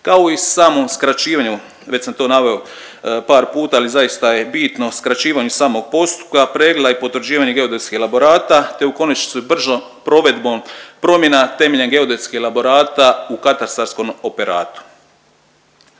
kao i samom skraćivanju već sam to naveo par puta, ali zaista je bitno skraćivanju samog postupka, pregleda i potvrđivanje geodetskih elaborata, te u konačnici bržom provedbom promjena temeljem geodetskih elaborata u katastarskom operatu.